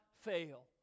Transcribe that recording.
fail